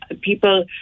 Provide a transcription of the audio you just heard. People